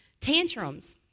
Tantrums